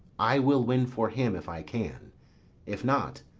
i will win for him if i can if not,